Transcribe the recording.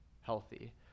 healthy